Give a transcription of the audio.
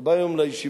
אתה בא היום לישיבות,